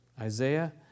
Isaiah